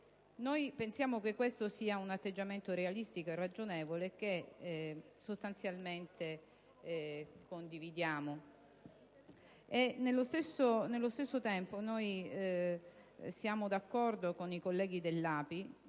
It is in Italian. Pensiamo che questo sia un atteggiamento realistico, ragionevole e sostanzialmente lo condividiamo. Allo stesso tempo, siamo d'accordo con i colleghi dell'Alleanza